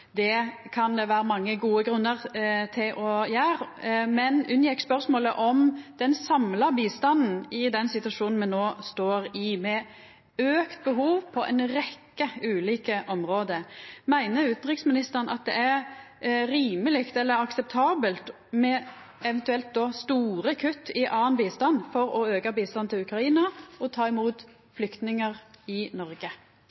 det kan det vera mange gode grunnar til å gjera, men ho unngjekk spørsmålet om den samla bistanden i den situasjonen me no står i, med auka behov på ei rekkje ulike område. Meiner utanriksministeren at det er rimeleg eller akseptabelt med eventuelt store kutt i annan bistand for å auka bistanden til Ukraina og ta